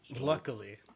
Luckily